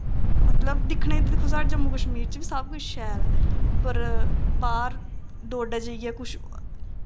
मतलब दिक्खने ई इद्धर कुसै साढ़े जम्मू कशमीर च बी शैल ऐ पर बाह्र डोडा जाइयै कुछ